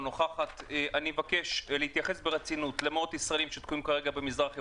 אני מבקש להתייחס ברצינות למאות ישראלים שתקועים כרגע במזרח אירופה.